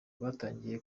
twatangiye